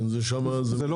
כן, שם זו ממשלה אחרת.